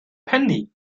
penny